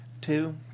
Two